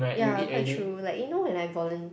yeah quite true like you know when I volun~